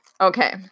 Okay